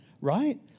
right